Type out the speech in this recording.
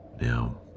Now